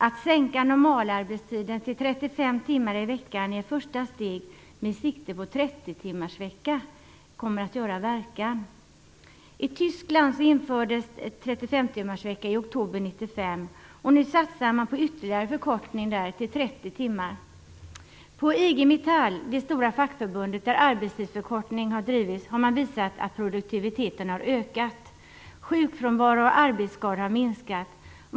Att sänka normalarbetstiden till 35 timmar i veckan är ett första steg. Siktet är inställt på en 30 timmarsvecka. Det kommer att göra verkan. 1995. Nu satsar man på en ytterligare förkortning till 30 timmar. På IG-Metall - det stora fackförbundet som har drivit arbetstidsförkortningen - har man visat att produktiviteten har ökat. Sjukfrånvaro och arbetsskador har minskat.